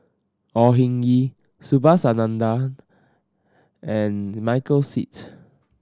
Au Hing Yee Subhas Anandan and Michael Seet